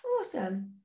awesome